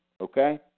Okay